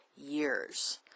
years